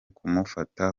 kumufata